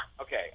Okay